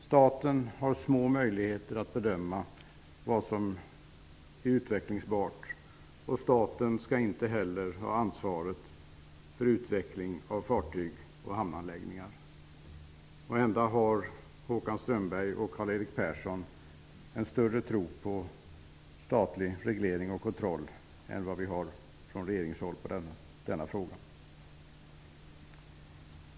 Staten har små möjligheter att bedöma vad som är utvecklingsbart, och staten skall därför ej heller ha ansvaret för utveckling av fartyg och hamnanläggningar. Persson en större tro på statlig reglering och kontroll än vad vi från regeringspartihåll har i denna fråga.